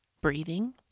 breathing